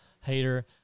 hater